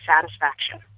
satisfaction